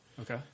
Okay